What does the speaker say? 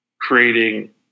creating